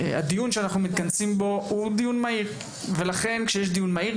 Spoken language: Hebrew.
הדיון שאנחנו מתכנסים בו הוא דיון מהיר ולכן כשיש דיון מהיר,